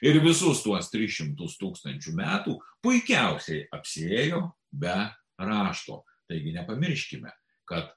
ir visus tuos tris šimtus tūkstančių metų puikiausiai apsiėjo be rašto taigi nepamirškime kad